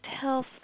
health